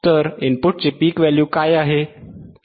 तर इनपुटचे peak value काय आहे